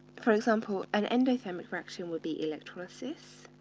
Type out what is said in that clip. for example, an endothermic reaction will be electrolysis.